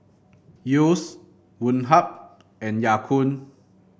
Yeo's Woh Hup and Ya Kun